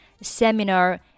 seminar